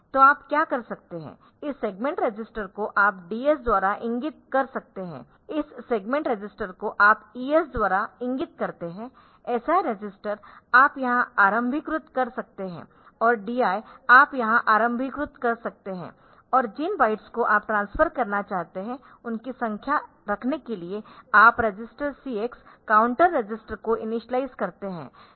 तो आप क्या कर सकते है इस सेगमेंट रजिस्टर को आप DS द्वारा इंगित कर सकते है इस सेगमेंट रजिस्टर को आप ES द्वारा इंगित करते है SI रजिस्टर आप यहां आरंभीकृत कर सकते है और DI आप यहां आरंभीकृत कर सकते है और जिन बाईट्स को आप ट्रांसफर करना चाहते है उनकी संख्या रखने के लिए आप रजिस्टर CX काउंट रजिस्टर को इनिशियलाइज़ करते है